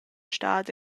stad